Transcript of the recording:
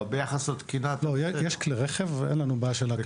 יש כלי רכב, אין לנו בעיה של התקינה.